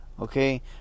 okay